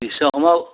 Vishwakarma